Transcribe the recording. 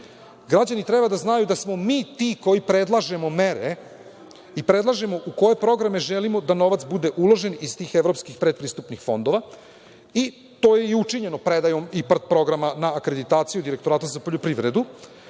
treba da znaju da smo mi ti koji predlažemo mere i predlažemo u koje programe želimo da novac bude uložen iz tih evropskih predpristupnih fondova, i to je učinjeno predajemo IPARD programa na akreditaciju Direktorata za poljoprivredu.